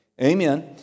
Amen